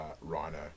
rhino